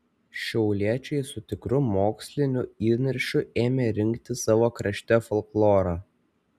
šiauliečiai su tikru moksliniu įniršiu ėmė rinkti savo krašte folklorą